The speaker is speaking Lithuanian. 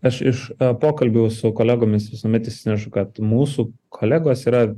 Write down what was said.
aš iš pokalbių su kolegomis visuomet išsinešu kad mūsų kolegos yra